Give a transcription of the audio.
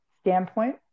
standpoint